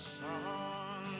song